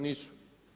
Nisu.